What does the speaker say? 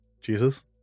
Jesus